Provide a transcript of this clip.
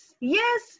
yes